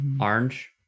Orange